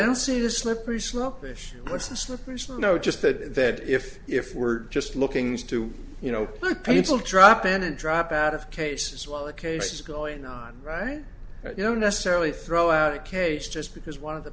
don't see the slippery slope ish that's a slippery slope no just that that if if we're just looking to you know let people drop in and drop out of cases while the case is going on right i don't necessarily throw out a case just because one of the